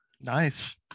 Nice